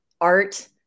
art